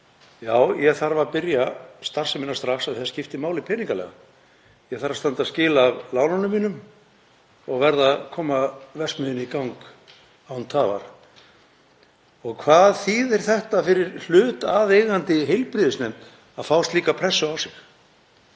Já, ég þarf að byrja starfsemina strax af því að það skipti máli peningalega. Ég þarf að standa skil á lánunum mínum og verð að koma verksmiðjunni í gang án tafar. Og hvað þýðir þetta fyrir hlutaðeigandi heilbrigðisnefnd að fá slíka pressu á sig,